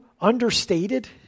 understated